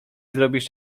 zrobisz